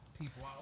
people